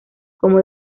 como